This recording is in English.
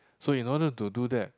so in order to do that